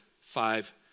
five